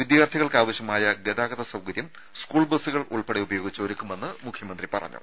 വിദ്യാർഥികൾക്കാവശ്യമായ ഗതാഗത സൌകര്യം സ്കൂൾ ബസുകൾ ഉൾപ്പെടെ ഉപയോഗിച്ച് ഒരുക്കുമെന്ന് മുഖ്യമന്ത്രി പറഞ്ഞു